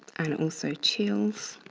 and also chills.